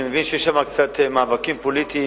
אני מבין שיש שם קצת מאבקים פוליטיים